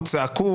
צעקו,